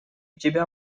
тебя